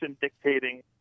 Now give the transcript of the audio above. dictating